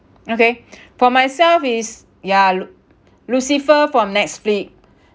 okay for myself it's yeah lu~ lucifer from Netflix